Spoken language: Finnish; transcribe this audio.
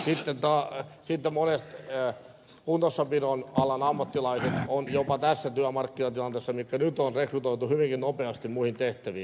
sitten monet kunnossapidon alan ammattilaiset on jopa tässä työmarkkinatilanteessa mikä nyt on rekrytoitu hyvinkin nopeasti muihin tehtäviin